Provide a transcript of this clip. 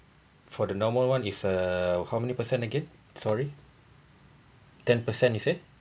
for the normal one is uh how many percent again sorry ten percent you said